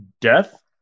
death